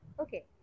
Okay